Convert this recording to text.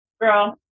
girl